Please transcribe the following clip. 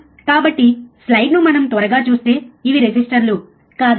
కాబట్టి స్లైడ్ను మనం త్వరగా చూస్తే ఇవి రెసిస్టర్లు కాదా